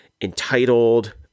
entitled